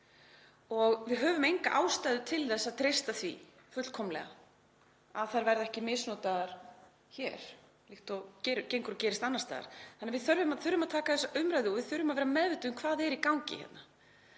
Við höfum enga ástæðu til að treysta því fullkomlega að þær verði ekki misnotaðar hér líkt og gengur og gerist annars staðar. Þannig að við þurfum að taka þessa umræðu og við þurfum að vera meðvituð um hvað er í gangi hérna.